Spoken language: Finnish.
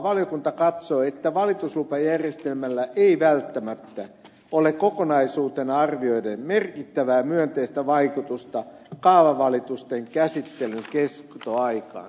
valiokunta katsoo että valituslupajärjestelmällä ei välttämättä ole kokonaisuutena arvioiden merkittävää myönteistä vaikutusta kaavavalitusten käsittelyn kestoaikaan